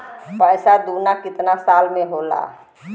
पैसा दूना कितना साल मे होला?